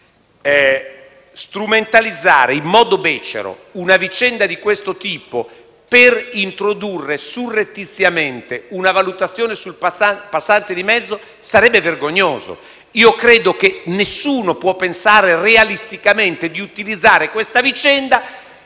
strumentalizzare in modo becero una vicenda di questo tipo per introdurre surrettiziamente una valutazione sul passante di mezzo sarebbe vergognoso. Credo che nessuno possa pensare realisticamente di utilizzare questa vicenda